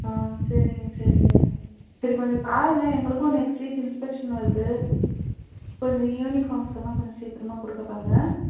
ஆ சரிங்க சரிங்க சரி கொஞ்சம் பாருங்கள் எங்களுக்கும் நெக்ஸ்ட் வீக் இன்ஸ்பெக்க்ஷன் வருது கொஞ்சம் யூனிஃபார்ம்ஸ் எல்லாம் கொஞ்சம் சீக்கிரமாக கொடுக்க பாருங்கள்